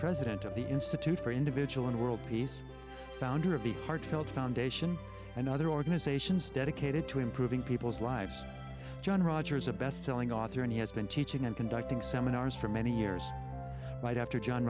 president of the institute for individual and world peace founder of the heartfelt foundation and other organizations dedicated to improving people's lives john rogers a bestselling author and he has been teaching and conducting seminars for many years but after john